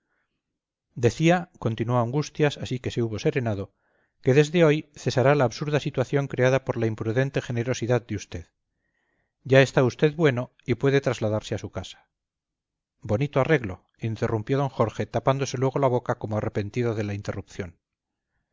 decía continuó angustias así que se hubo serenado que desde hoy cesará la absurda situación creada por la imprudente generosidad de usted ya está usted bueno y puede trasladarse a su casa bonito arreglo interrumpió don jorge tapándose luego la boca como arrepentido de la interrupción